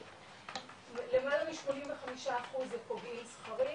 למעלה מ-85 אחוזים זה פוגעים זכרים